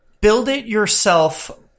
build-it-yourself